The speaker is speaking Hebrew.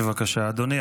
בבקשה, אדוני.